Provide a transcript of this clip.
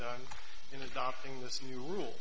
done in adopting this new rule